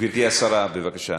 גברתי השרה, בבקשה.